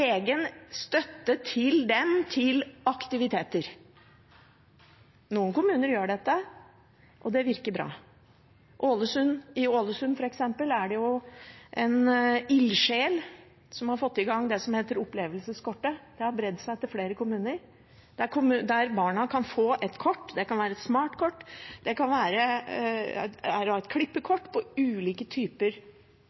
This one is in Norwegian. aktiviteter. Noen kommuner har dette, og det virker bra. I Ålesund er det f.eks. en ildsjel som har fått i gang det som heter Opplevelseskortet. Det har spredt seg til flere kommuner. Her kan barna få et kort, det kan være et smartkort, det kan være et klippekort, for ulike typer opplevelser man kan velge sjøl – og det er